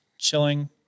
chilling